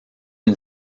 une